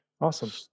Awesome